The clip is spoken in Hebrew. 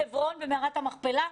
מי היה בחברון, במערת המכפלה?